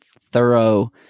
thorough